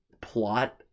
plot